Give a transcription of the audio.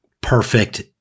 perfect